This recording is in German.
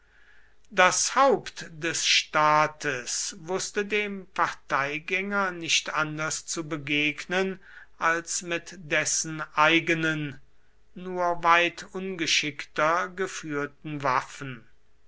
das haupt des staates wußte dem parteigänger nichts anders zu begegnen als mit dessen eigenen nur weit ungeschickter geführten waffen